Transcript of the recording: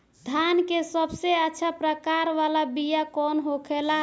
धान के सबसे अच्छा प्रकार वाला बीया कौन होखेला?